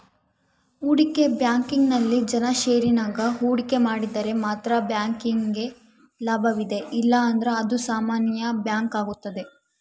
ಹೂಡಿಕೆ ಬ್ಯಾಂಕಿಂಗ್ನಲ್ಲಿ ಜನ ಷೇರಿನಾಗ ಹೂಡಿಕೆ ಮಾಡಿದರೆ ಮಾತ್ರ ಬ್ಯಾಂಕಿಗೆ ಲಾಭವಿದೆ ಇಲ್ಲಂದ್ರ ಇದು ಸಾಮಾನ್ಯ ಬ್ಯಾಂಕಾಗುತ್ತದೆ